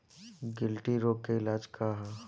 गिल्टी रोग के इलाज का ह?